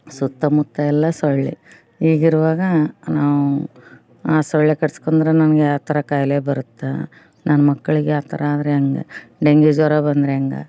ಸುತ್ತಮುತ್ತ ಎಲ್ಲ ಸೊಳ್ಳೆ ಹೀಗಿರುವಾಗ ನಾವು ಆ ಸೊಳ್ಳೆ ಕಡ್ಸ್ಕೊಂಡ್ರೆ ನನ್ಗೆ ಯಾವ ಥರ ಕಾಯಿಲೆ ಬರುತ್ತೆ ನನ್ನ ಮಕ್ಳಿಗೆ ಆ ಥರ ಆದ್ರೆ ಹೇಗೆ ಡೆಂಗ್ಯು ಜ್ವರ ಬಂದ್ರೆ ಹೇಗೆ